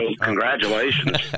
congratulations